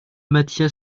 matthias